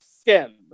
Skin